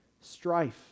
strife